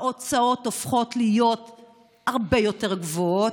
ההוצאות הופכות להיות הרבה יותר גבוהות,